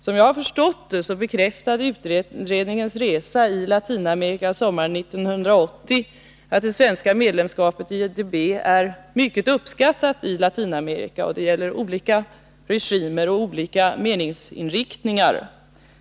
Som jag har förstått saken bekräftade utredningens resa i Latinamerika sommaren 1980 att det svenska medlemskapet i IDB är mycket uppskattat i Latinamerika — och detta gäller olika regimer och olika meningsinriktningar.